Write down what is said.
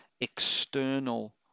external